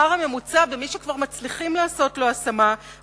השכר הממוצע של העבודות בתוכנית ויסקונסין